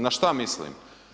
Na šta mislim?